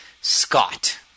scott